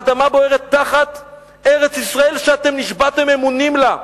האדמה בוערת תחת ארץ-ישראל שאתם נשבעתם אמונים לה,